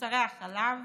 מוצרי החלב